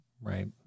Right